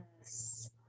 Yes